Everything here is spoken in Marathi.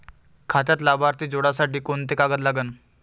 खात्यात लाभार्थी जोडासाठी कोंते कागद लागन?